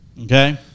Okay